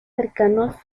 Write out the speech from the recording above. cercanos